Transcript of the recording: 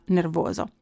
nervoso